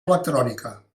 electrònica